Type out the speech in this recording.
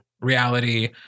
reality